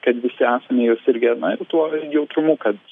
kad visi esame juo sirgę na ir tuo jautrumu kad